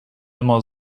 immer